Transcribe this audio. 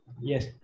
Yes